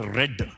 red